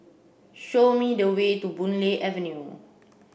show me the way to Boon Lay Avenue